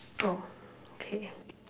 oh okay